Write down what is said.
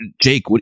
Jake